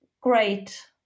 great